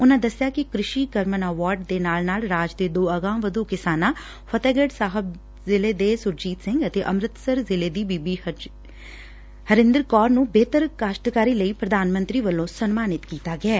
ਉਨੂਂ ਦੱਸਿਆ ਕਿ ਕ੍ਰਿਸ਼ੀ ਕਰਮਨ ਐਵਾਰਡ ਦੇ ਨਾਲ ਨਾਲ ਰਾਜ ਦੇ ਦੋ ਅਗਾਂਹਵਧੂ ਕਿਸਾਨਾਂ ਫਤਿਹਗੜ ਸਾਹਿਬ ਜਿਲ੍ਹੇ ਦੇ ਸੁਰਜੀਤ ਸਿੰਘ ਅਤੇ ਅਮ੍ਰਿਤਸਰ ਜਿਲ੍ਹੇ ਦੀ ਬੀਬੀ ਹਰਿੰਦਰ ਕੌਰ ਨੂੰ ਬਿਹਤਰ ਕਾਸ਼ਤਕਾਰੀ ਲਈ ਪ੍ਰਧਾਨ ਮੰਤਰੀ ਵੱਲੋਂ ਸਨਮਾਨਿਤ ਕੀਤਾ ਗਿਐ